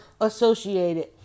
associated